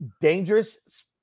dangerous